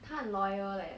他很 loyal leh